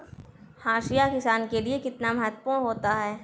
हाशिया किसान के लिए कितना महत्वपूर्ण होता है?